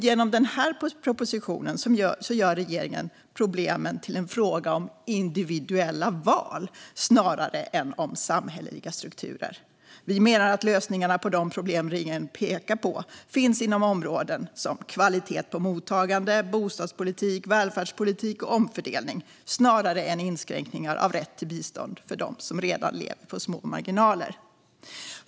Genom den här propositionen gör regeringen problemen till en fråga om individuella val snarare än samhälleliga strukturer. Vi menar att lösningarna på de problem som regeringen pekar på finns inom områden som kvalitet på mottagande, bostadspolitik, välfärdspolitik och omfördelning snarare än inskränkningar av rätt till bistånd för dem som redan lever på små marginaler.